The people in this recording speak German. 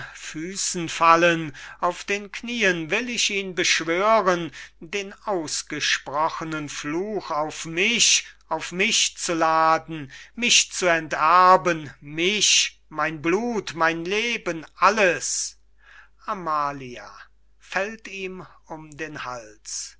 füssen fallen auf den knieen will ich ihn beschwören den ausgesprochenen fluch auf mich auf mich zu laden mich zu enterben mich mein blut mein leben alles amalia